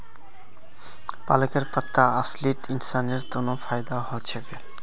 पालकेर पत्ता असलित इंसानेर तन फायदा ह छेक